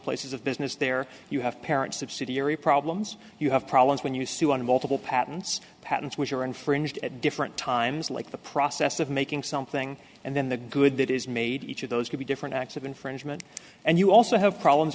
places of business there you have parents of city area problems you have problems when you sue on multiple patents patents which are infringed at different times like the process of making something and then the good that is made each of those could be different acts of infringement and you also have problems